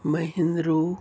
Mahendru